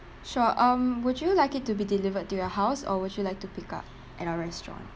sure um would you like it to be delivered to your house or would you like to pick up at our restaurant